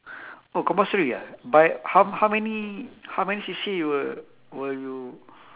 oh compulsory ah but how how many how many C_C_A you were were you